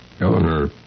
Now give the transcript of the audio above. Eleanor